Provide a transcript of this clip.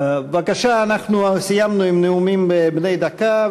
בבקשה, אנחנו סיימנו את נאומים בני דקה.